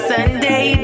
Sunday